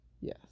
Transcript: Yes